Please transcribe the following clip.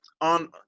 On